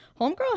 Homegirl